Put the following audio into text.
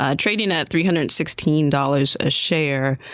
ah trading at three hundred and sixteen dollars a share.